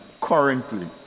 currently